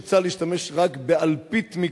שצה"ל השתמש רק באלפית מכוחו.